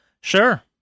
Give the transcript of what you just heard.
Sure